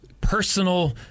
personal